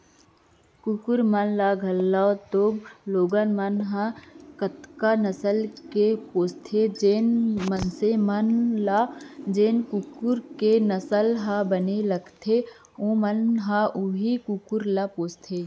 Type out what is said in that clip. कुकुर मन ल घलौक तो लोगन मन ह कतका नसल के पोसथें, जेन मनसे मन ल जेन कुकुर के नसल ह बने लगथे ओमन ह वोई कुकुर ल पोसथें